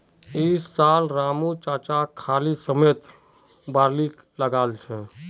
इस साल रामू चाचा खाली समयत बार्ली लगाल छ